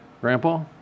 Grandpa